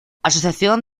asociación